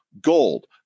gold